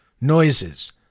noises